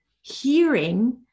hearing